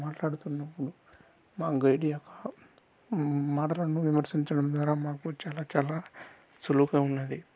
మాట్లాడుతున్నప్పుడు మా గైడ్ యొక్క మాటలను విమర్శించడం ద్వారా మాకు చాలా చాలా సులువుగా ఉన్నది